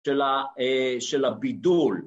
של הבידול